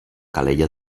calella